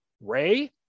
ray